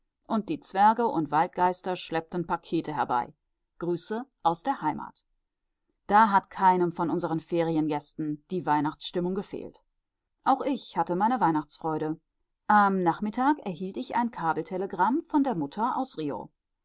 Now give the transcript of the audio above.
und die zwerge und waldgeister schleppten pakete herbei grüße aus der heimat da hat keinem von unseren feriengästen die weihnachtsstimmung gefehlt auch ich hatte meine weihnachtsfreude am nachmittag erhielt ich ein kabeltelegramm von der mutter aus rio